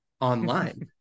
online